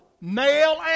male